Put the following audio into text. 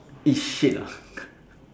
eat shit lah